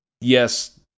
yes